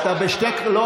לא,